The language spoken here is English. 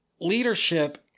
leadership